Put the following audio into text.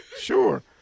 sure